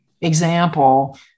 example